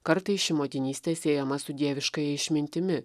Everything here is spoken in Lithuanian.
kartais ši motinystė siejama su dieviškąja išmintimi